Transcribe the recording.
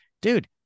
Dude